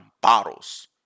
bottles